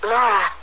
Laura